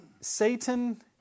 Satan